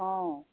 অঁ